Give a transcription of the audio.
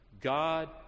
God